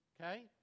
Okay